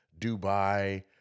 Dubai